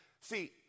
See